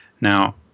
Now